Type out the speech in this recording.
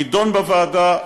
יידון בוועדה,